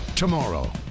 tomorrow